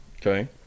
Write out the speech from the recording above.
Okay